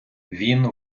він